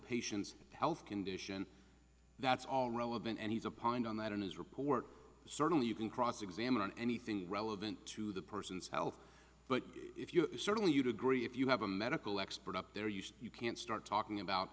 patients health condition that's all relevant and he's a pint on that in his report certainly you can cross examine on anything relevant to the person's health but if you certainly you'd agree if you have a medical expert up there you see you can start talking about